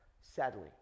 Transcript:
Sadly